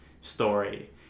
story